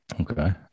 Okay